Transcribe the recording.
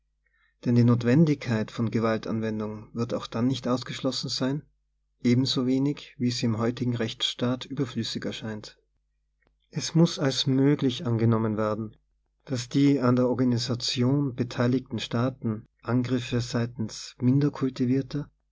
denn die notwendigkeit von gewaltanwendung wird auch dann nicht ausge schlössen sein ebensowenig wie sie im heutigen rechtsstaat überflüssig erscheint es muß als möglich angenommen werden daß die an der organisation beteiligten staaten angriffe seitens minder kultivierter